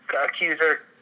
accuser